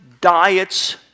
diets